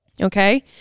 Okay